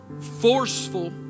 forceful